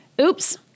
Oops